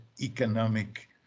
economic